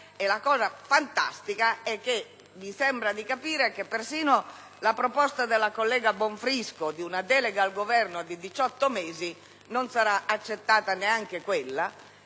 La cosa fantastica è che - mi sembra di capire - persino la proposta della collega Bonfrisco di una delega al Governo di 18 mesi non sarà accettata, a